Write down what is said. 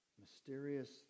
mysterious